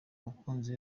abakunzi